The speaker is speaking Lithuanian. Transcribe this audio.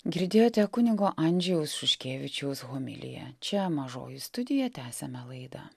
girdėjote kunigo andžejaus šuškevičiaus homiliją čia mažoji studija tęsiame laidą